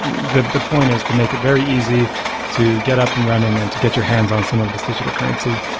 the point point is to make it very easy to get up and running and to get your hands on some of this digital currency.